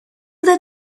that